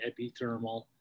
epithermal